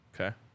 Okay